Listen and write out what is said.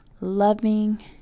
loving